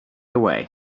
away